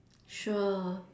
sure